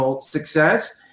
success